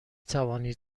توانید